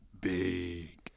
Big